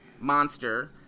Monster